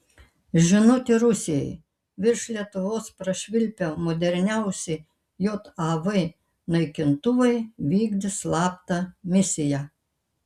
žinutė rusijai virš lietuvos prašvilpę moderniausi jav naikintuvai vykdė slaptą misiją